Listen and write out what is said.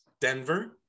Denver